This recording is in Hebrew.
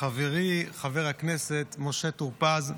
חברי חבר הכנסת משה טור פז,